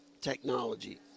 technology